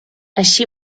així